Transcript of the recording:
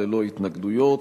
ללא התנגדויות.